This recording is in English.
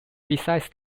besides